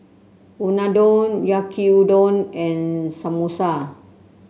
Unadon Yaki Udon and Samosa